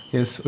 Yes